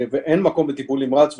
ואין מקום בטיפול נמרץ.